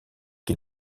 qui